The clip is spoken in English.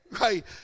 right